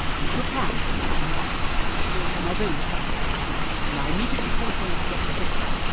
we shook hands i can still hear my bones crack and i immediately telephoned doctor edgware.